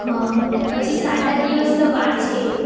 હ પછી સાત આઠ દિવસની વાર છે